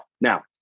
Now